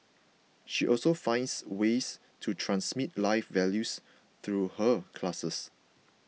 she also finds ways to transmit life values through her classes